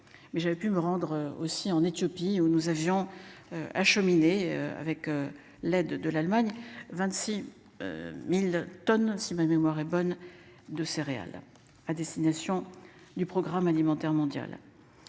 Mais j'ai pu me rendre aussi en Éthiopie, où nous avions. Acheminé avec l'aide de l'Allemagne. 26.000 tonnes, si ma mémoire est bonne de céréales à destination du programme alimentaire mondial.